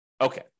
Okay